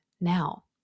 now